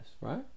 right